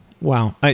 Wow